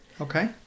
okay